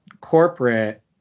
corporate